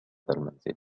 المنزل